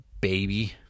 baby